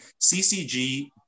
CCG